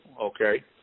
Okay